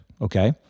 okay